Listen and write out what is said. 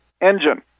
engine